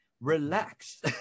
Relax